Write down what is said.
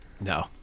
No